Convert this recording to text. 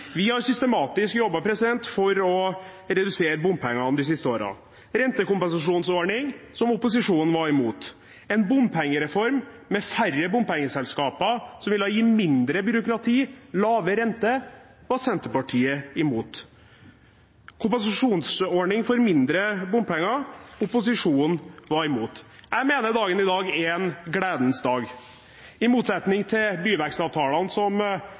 Vi har systematisk jobbet for å redusere bompengene de siste årene, med en rentekompensasjonsordning som opposisjonen var imot. En bompengereform med færre bompengeselskaper som ville gi mindre byråkrati og lavere rente, var Senterpartiet imot. Kompensasjonsordning for mindre bompenger var opposisjonen imot. Jeg mener dagen i dag er en gledens dag. I motsetning til byvekstavtalene som